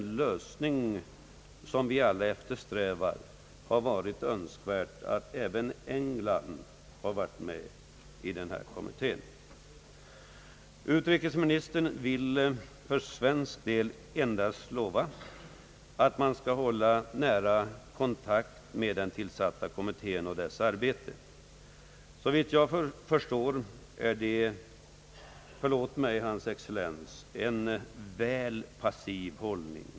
Men det skulle ha varit önskvärt att även England hade varit med i kommittén. Utrikesministern vill för svensk del endast lova att man skall hålla nära kontakt med den tillsatta kommittén och dess arbete. Såvitt jag förstår, är det — förlåt mig, ers excellens! — en väl passiv hållning.